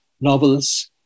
novels